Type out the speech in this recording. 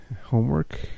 homework